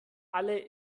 alle